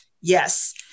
Yes